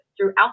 throughout